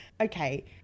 okay